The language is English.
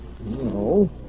No